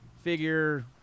figure